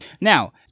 Now